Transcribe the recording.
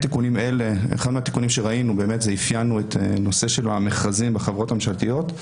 אחד התיקונים שראינו זה לאפיין את המכרזים בחברות ממשלתיות.